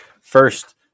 first